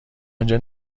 آنجا